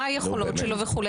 מה היכולות שלו וכו'.